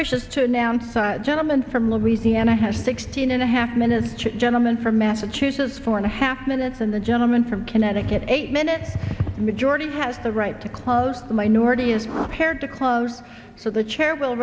wishes to announce a gentleman from louisiana has sixteen and a half minutes to gentleman from massachusetts four and a half minutes and the gentleman from connecticut eight minute majority has the right to call the minority is paired to close for the chair will